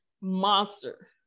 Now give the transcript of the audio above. monster